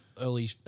early –